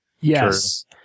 Yes